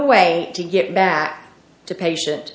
way to get back to patient